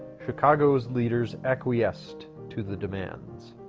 chicago's leaders acquiesced to the demands.